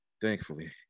thankfully